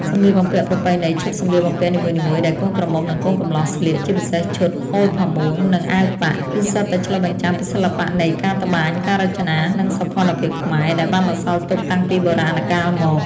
សម្លៀកបំពាក់ប្រពៃណី ឈុតសម្លៀកបំពាក់នីមួយៗដែលកូនក្រមុំនិងកូនកំលោះស្លៀក ជាពិសេសឈុត ហូលផាមួង និង អាវប៉ាក់ គឺសុទ្ធតែឆ្លុះបញ្ចាំងពីសិល្បៈនៃការត្បាញ ការរចនា និងសោភ័ណភាពខ្មែរ ដែលបានបន្សល់ទុកតាំងពីបុរាណកាលមក ។